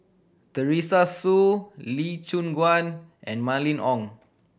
Teresa Hsu Lee Choon Guan and Mylene Ong